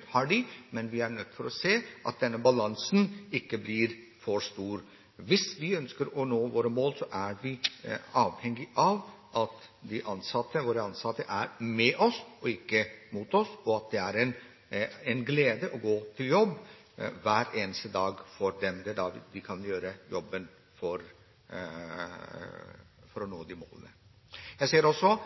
absolutt, men vi er nødt for å tilse at denne ubalansen ikke blir for stor. Hvis vi ønsker å nå våre mål, er vi avhengig av at våre ansatte er med oss og ikke mot oss, og at det er en glede for dem å gå på jobb hver eneste dag. Det er da de kan gjøre jobben for å nå